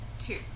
Two